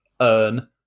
earn